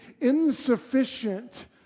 insufficient